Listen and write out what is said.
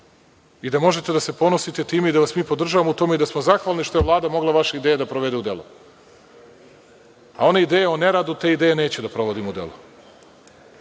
i da možete da se ponosite time i da vas podržavamo u tome i da smo zahvalni što je Vlada mogla vaša ideje da provede u delo. One ideje o neradu te neću da provodim u delo.